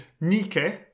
Nike